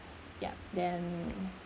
yup then